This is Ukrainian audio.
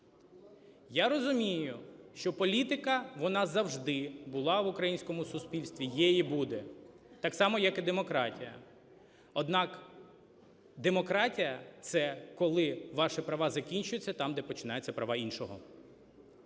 Я розумію, що політика, вона завжди була в українському суспільстві, є і буде, так само як і демократія. Однак демократія – це, коли ваші права закінчуються там, де починаються права іншого.